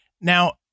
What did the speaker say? now